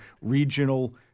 regional